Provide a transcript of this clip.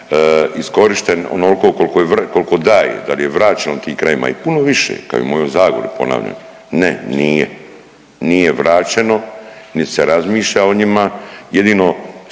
je vr…, kolko daje, dal je vraćeno tim krajevima i puno više, kao i u mojoj Zagori ponavljam. Ne, nije, nije vraćeno, nit se razmišlja o njima, jedino